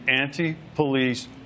anti-police